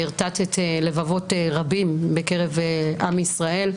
והרטטת לבבות רבים בקרב עם ישראל,